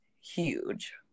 huge